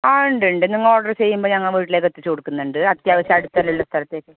ആ ഉണ്ടുണ്ട് നിങ്ങൾ ഓർഡർ ചെയ്യുമ്പോൾ ഞങ്ങൾ വീട്ടിൽ അത് എത്തിച്ച് കൊടുക്കുന്നുണ്ട് അത്യാവശ്യം അടുത്തെല്ലാമുള്ള സ്ഥലത്തേക്ക്